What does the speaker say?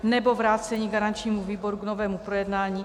Nebo vrácení garančnímu výboru k novému projednání.